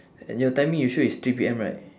and your timing you sure is three P_M right